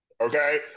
Okay